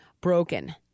broken